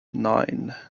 nine